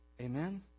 Amen